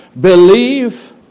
believe